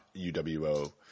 UWO